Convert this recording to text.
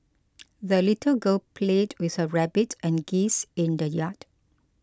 the little girl played with her rabbit and geese in the yard